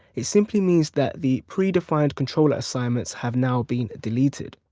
it simply means that the pre-defined controller assignments have now been deleted.